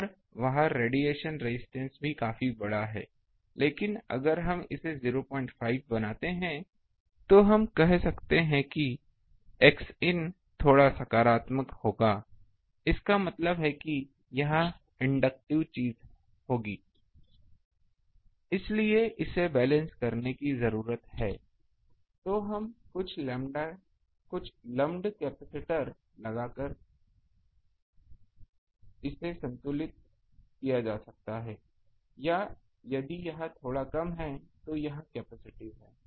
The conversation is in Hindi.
और वहाँ रेडिएशन रेजिस्टेंस भी काफी बड़ा है लेकिन अगर हम इसे 05 बनाते हैं तो हम कहते हैं कि कुछ Xin थोड़ा सकारात्मक होगा इसका मतलब है यह एक इंडक्टिव चीज होगी इसलिए इसे बैलेंस करने की जरूरत है तो जिन्हें कुछ लुम्प्ड कैपेसिटर लगाकर संतुलित किया जा सकता है या यदि यह थोड़ा कम है तो यह कैपेसिटिव है